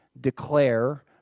declare